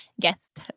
guest